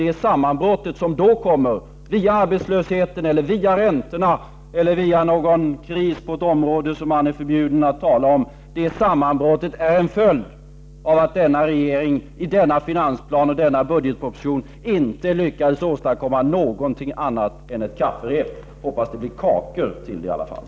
Det sammanbrott som då kommer, via arbetslösheten, via räntorna eller via någon kris på ett område som man är förbjuden att tala om, är en följd av att denna regering i denna finansplan och denna budgetproposition inte lyckades åstadkomma någonting annat än ett kafferep. Hoppas att det blir kakor till det i alla fall!